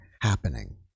happening